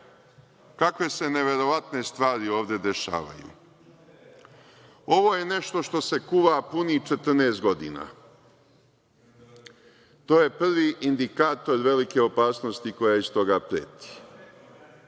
kakve se neverovatne stvari ovde dešavaju. Ovo je nešto što se kuva punih 14 godina. To je prvi indikator velike opasnosti koja iz toga preti.